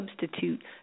substitute